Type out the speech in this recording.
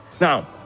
now